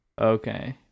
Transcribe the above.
Okay